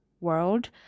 world